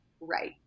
right